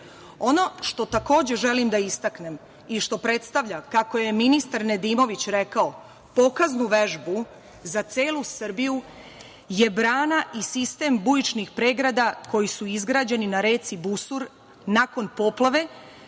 što, takođe, želim da istaknem i što predstavlja kako je ministar Nedimović rekao pokaznu vežbu za celu Srbiju je brana i sistem bujičnih pregrada koji su izgrađeni na reci Busur nakon poplave